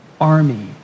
army